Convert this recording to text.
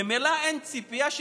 ממילא אין ציפייה.